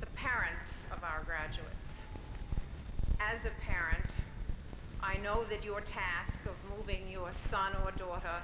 the parents of our graduates as a parent i know that your task of moving your son or daughter